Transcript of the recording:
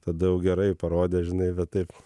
tada jau gerai parodė žinai va taip